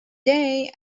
day